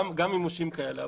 גם כאלה.